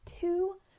two